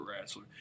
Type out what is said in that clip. wrestler